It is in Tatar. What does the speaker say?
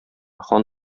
хан